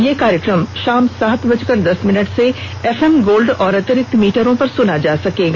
यह कार्यक्रम शाम सात बजकर दस मिनट से एफएम गोल्ड और अतिरिक्त मीटरों पर सुना जा सकता है